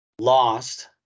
lost